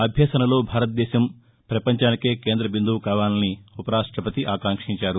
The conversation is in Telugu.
అభ్యసనలో భారత దేశం పపంచానికి కేందబిందువు కావాలని ఉపరాష్టపతి ఆకాంక్షించారు